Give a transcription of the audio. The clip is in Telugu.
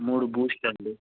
మూడు బూస్ట్ అండి